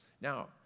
Now